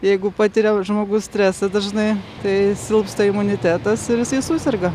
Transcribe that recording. jeigu patiria žmogus stresą dažnai tai silpsta imunitetas ir jisai suserga